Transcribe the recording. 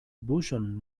buŝon